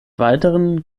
weiteren